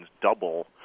double